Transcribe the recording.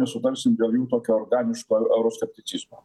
nesutarsim dėl jų tokio organiško euroskepticizmo